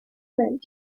moment